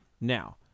now